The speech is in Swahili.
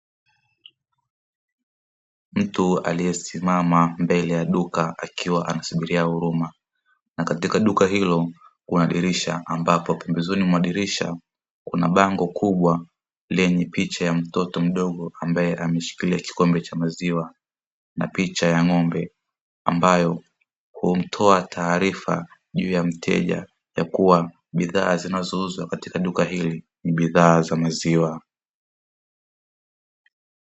Mtu aliyesimama mbele ya duka akiwa anasubiria huduma. Na katika duka hilo kuna dirisha ambapo pembezoni mwa dirisha kuna bango kubwa lenye picha ya mtoto mdogo ambaye ameshikilia kikombe cha maziwa, na picha ya ng'ombe ambayo hutoa taarifa juu ya mteja ya kuwa bidhaa zinazouzwa katika duka hili, ni bidhaa za maziwa.